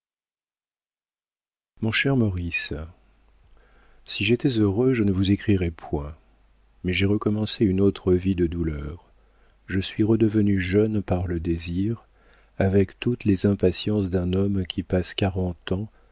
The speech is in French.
mon cher maurice si j'étais heureux je ne vous écrirais point mais j'ai recommencé une autre vie de douleur je suis redevenu jeune par le désir avec toutes les impatiences d'un homme qui passe quarante ans